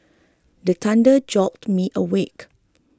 the thunder jolt me awake